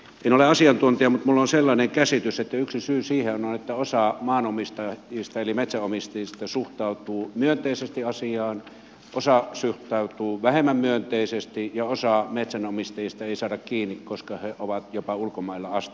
en ole asiantuntija mutta minulla on sellainen käsitys että yksi syy siihen on että osa metsänomistajista suhtautuu myönteisesti asiaan osa suhtautuu vähemmän myönteisesti ja osaa metsänomistajista ei saada kiinni koska he ovat jopa ulkomailla asti